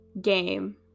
game